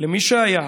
מי שהיה